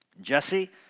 Jesse